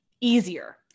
easier